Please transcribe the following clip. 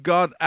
God